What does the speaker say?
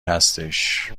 هستش